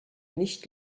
nicht